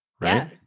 right